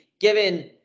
given